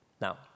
Now